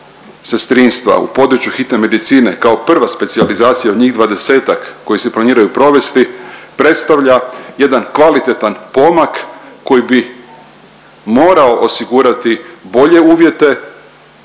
sestrinstva u području hitne medicine kao prva specijalizacija od njih 20-ak koji se planiraju provesti, predstavlja jedan kvalitetan pomak koji bi morao osigurati bolje uvjete